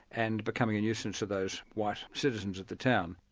and becoming a nuisance to those white citizens of the town.